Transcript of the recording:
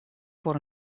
foar